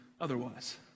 otherwise